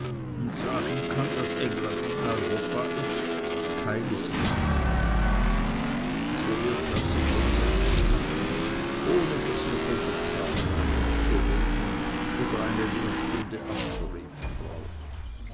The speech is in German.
oder sagen kann daß england in europa ist keines mehr abnehmen so wird das von selbst sich machen ohne daß ihr vom bezahlen ein wort zu reden oder eine lehrstunde abzureden braucht